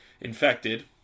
infected